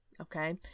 okay